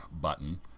button